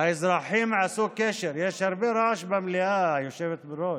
האזרחים עשו קשר, יש הרבה רעש במליאה, היושבת-ראש.